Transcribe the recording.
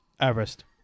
Everest